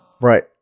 Right